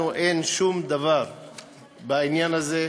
לנו אין שום דבר בעניין זה,